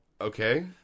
Okay